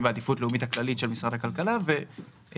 בעדיפות לאומית הכללית של משרד הכלכלה ומגדירה.